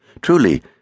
Truly